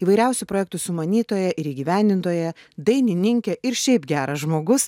įvairiausių projektų sumanytoja ir įgyvendintoja dainininkė ir šiaip geras žmogus